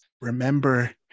Remember